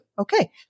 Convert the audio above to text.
Okay